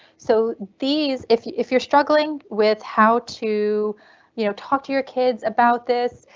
so these if if you're struggling with how to you know talk to your kids about this,